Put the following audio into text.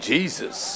Jesus